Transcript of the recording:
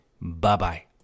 Bye-bye